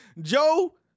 joe